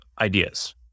ideas